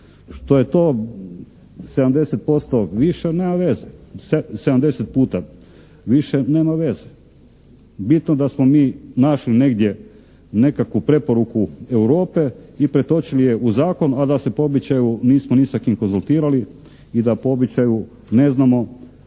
Što je to 70% više nema veze, 70 puta više nema veze. Bitno da smo mi našli negdje nekakvu preporuku Europe i pretočili je u zakon, a da se po običaju nismo ni sa kim konzultirali i da po običaju ne znamo